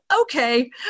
okay